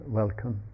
welcome